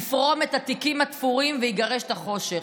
יפרום את התיקים התפורים ויגרש את החושך.